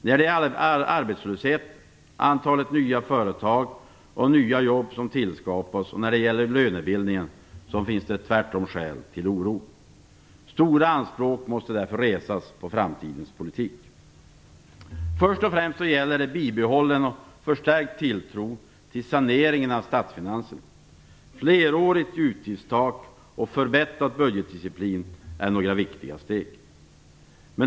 När det gäller arbetslösheten, antalet nya företag och nya jobb som tillskapas och när det gäller lönebildninen finns det tvärtom skäl till oro. Stora anspråk måste därför resas på framtidens politik. Först och främst gäller det bibehållen och förstärkt tilltro till saneringen av statsfinanserna. Flerårigt utgiftstak och förbättrad budgetdisciplin är några viktiga steg.